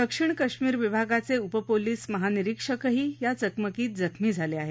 दक्षिण कश्मीर विभागाचे उपपोलीस महानिरीक्षकही या चकमकीत जखमी झाले आहेत